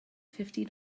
fifty